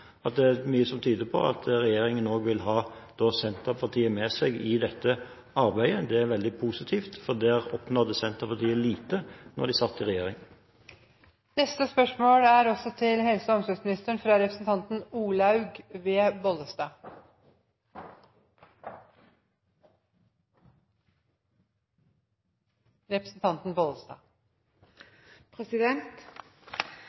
at mye tyder på at regjeringen også vil ha Senterpartiet med seg i dette arbeidet. Det er veldig positivt, for der oppnådde Senterpartiet lite da de satt i